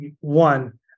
one